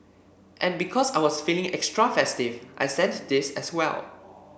and because I was feeling extra festive I sent this as well